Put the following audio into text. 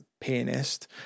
pianist